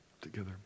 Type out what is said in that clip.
together